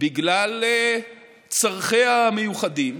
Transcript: בגלל צרכיה המיוחדים,